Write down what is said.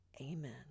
amen